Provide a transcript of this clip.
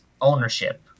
ownership